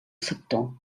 sector